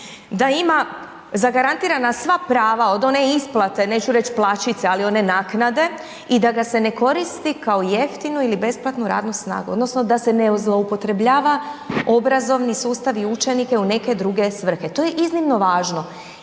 da ima zagarantirana sva prava od one isplate, neću reći plaćice, ali one naknade i da ga se ne koristi kao jeftinu ili besplatnu radnu snagu, odnosno da se ne zloupotrebljava obrazovni sustav i učenike u neke druge svrhe. To je iznimno važno